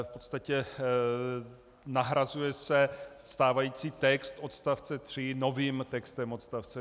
V podstatě nahrazuje se stávající text odst. 3 novým textem odst.